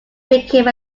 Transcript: became